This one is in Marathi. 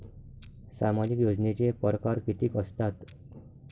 सामाजिक योजनेचे परकार कितीक असतात?